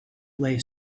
lay